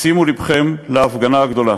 שימו לבכם להפגנה הגדולה.